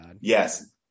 yes